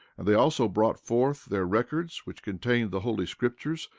and they also brought forth their records which contained the holy scriptures,